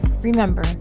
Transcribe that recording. Remember